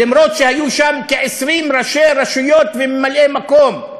אף-על-פי שהיו שם כ-20 ראשי רשויות וממלאי-מקום,